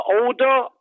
older